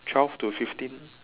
twelve to fifteen